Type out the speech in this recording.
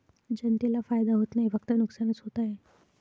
जनतेला फायदा होत नाही, फक्त नुकसानच होत आहे